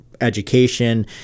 education